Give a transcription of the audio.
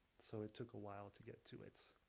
so it took a while to get to it.